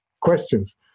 questions